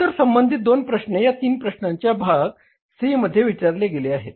इतर संबंधित दोन प्रश्न या तीन प्रश्नांच्या भाग C मध्ये विचारले गेले आहेत